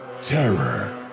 Terror